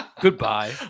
Goodbye